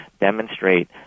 demonstrate